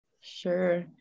Sure